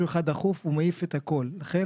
בסוף ההגדרה פה היא --- מה שכן,